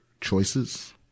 choices